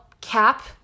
cap